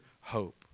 hope